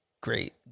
great